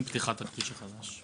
עם פתיחת הכביש החדש.